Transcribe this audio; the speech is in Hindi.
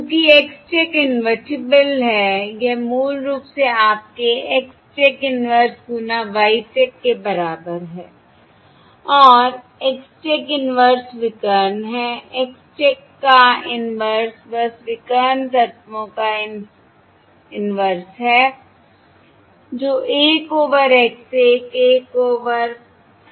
चूँकि X चेक इन्वेर्टिबल है यह मूल रूप से आपके X चेक इनवर्स गुना Y चेक के बराबर है और X चेक इनवर्स विकर्ण है X चेक का इनवर्स बस विकर्ण तत्वों का इनवर्स है जो 1 ओवर X 1 1 ओवर X 3 गुना Y 1 Y 3 है